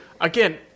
Again